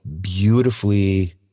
beautifully